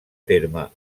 terme